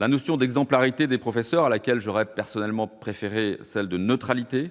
La notion d'exemplarité des professeurs- à laquelle j'aurais, à titre personnel, préféré celle de « neutralité »